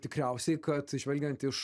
tikriausiai kad žvelgiant iš